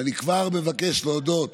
אני כבר מבקש להודות